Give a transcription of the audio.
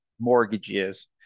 mortgages